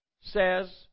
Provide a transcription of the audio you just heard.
says